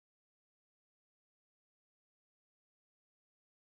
what the fuck the oh sorry I shouldn't have sworn I'm sorry